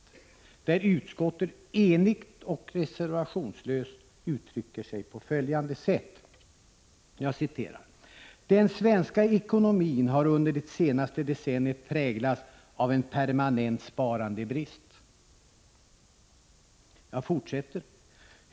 Ett enigt utskott uttrycker sig reservationslöst på följande sätt: ”Den svenska ekonomin har under det senaste decenniet präglats av en permanent sparandebrist.